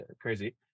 crazy